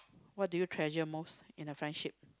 what do you treasure most in a friendship